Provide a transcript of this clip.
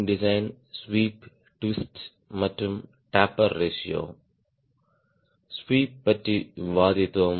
sweep பற்றி விவாதித்தோம்